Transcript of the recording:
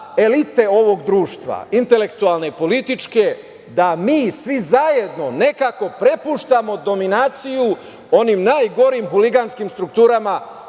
elite ovog društva, intelektualne i političke, da mi svi zajedno nekako prepuštamo dominaciju onim najgorim huliganskim strukturama